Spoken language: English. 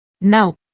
Now